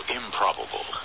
improbable